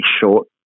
short